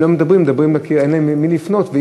הם מדברים אל הקיר, אין להם למי לפנות.